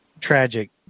tragic